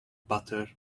butter